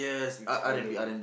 which I loved it